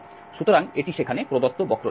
সুতরাং এটি সেখানে প্রদত্ত বক্ররেখা